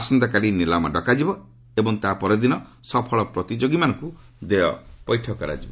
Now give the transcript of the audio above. ଆସନ୍ତାକାଲି ନିଲାମ ଡକାଯିବ ଏବଂ ତା ପରଦିନ ସଫଳ ପ୍ରତିଯୋଗିମାନଙ୍କୁ ଦେୟ ପୈଠ କରାଯିବ